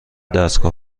دستگاه